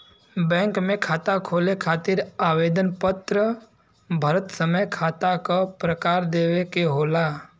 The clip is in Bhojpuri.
बैंक में खाता खोले खातिर आवेदन पत्र भरत समय खाता क प्रकार देवे के होला